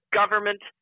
government